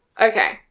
okay